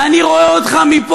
אני שב"ח גאה,